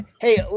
Hey